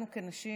לנו, כנשים